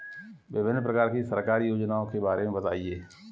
विभिन्न प्रकार की सरकारी योजनाओं के बारे में बताइए?